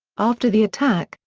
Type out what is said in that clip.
after the attack,